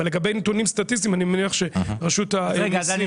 אבל לגבי נתונים סטטיסטיים אני מניח שהרשות המיסים,